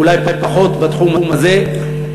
אולי פחות בתחום הזה,